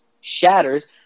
shatters